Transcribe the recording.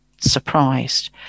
surprised